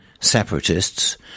separatists